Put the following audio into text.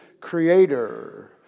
creator